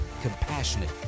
compassionate